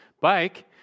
bike